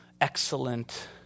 excellent